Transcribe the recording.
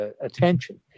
attention